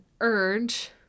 urge